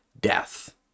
death